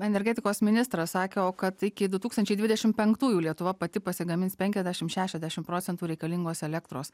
energetikos ministras sakė o kad iki du tūkstančiai dvidešim penktųjų lietuva pati pasigamins penkiasdešim šešiasdešim procentų reikalingos elektros